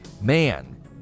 man